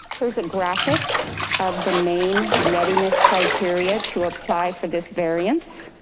there's a graphic of the main readiness criteria to apply for this variance.